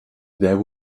there